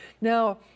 Now